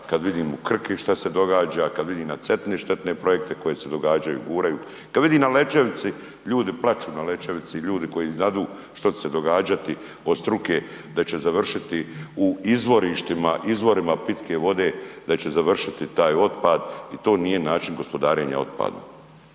kad vidim u Krki šta se događa, kad vidim na Cetini štetne projekte koji se događaju, guraju, kad vidim na Lečevici, ljudi plaću na Lečevici, ljudi koji znadu šta će se događati od struke da će završiti u izvorištima, izvorima pitke vode, da će završiti taj otpad i to nije način gospodarenja otpadom.